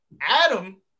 Adam